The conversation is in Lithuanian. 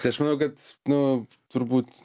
tai aš manau kad nu turbūt